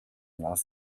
las